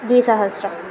द्विसहस्रम्